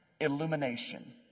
illumination